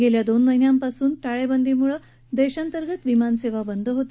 गेल्या दोन महिन्यापासून टाळेबंदीमूळं देशातंर्गत विमानसेवा बंद होती